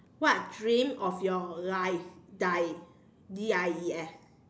what dream of your dies dies D I E S